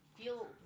feel